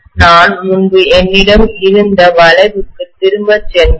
நான் முன்பு என்னிடம் இருந்த வளைவுக்கு திரும்ப சென்றால்